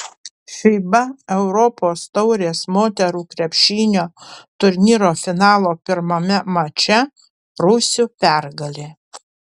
fiba europos taurės moterų krepšinio turnyro finalo pirmame mače rusių pergalė